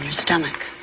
and stomach.